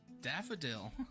Daffodil